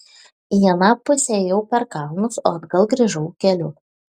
į aną pusę ėjau per kalnus o atgal grįžau keliu